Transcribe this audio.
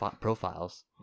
profiles